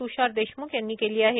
त्षार देशम्ख यांनी केली आहे